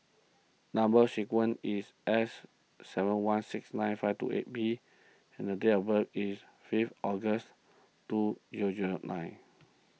Number Sequence is S seven one six nine five two eight B and the date of birth is fifth August two zero zero nine